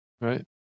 right